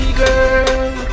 girl